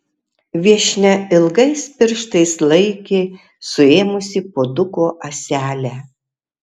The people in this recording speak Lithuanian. viešnia ilgais pirštais laikė suėmusi puoduko ąselę